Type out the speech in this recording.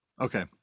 Okay